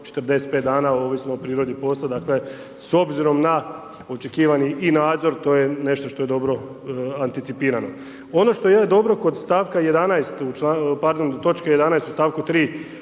45 dana, ovisno o prirodi posla. Dakle, s obzirom na očekivani i nadzor to je nešto što je dobro anticipirano. Ono što je dobro kod točke 11. stavku 3.